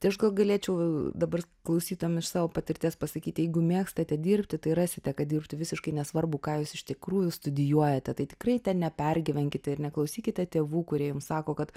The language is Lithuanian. tai aš gal galėčiau dabar klausytojam iš savo patirties pasakyti jeigu mėgstate dirbti tai rasite ką dirbti visiškai nesvarbu ką jūs iš tikrųjų studijuojate tai tikrai ten nepergyvenkite ir neklausykite tėvų kurie jums sako kad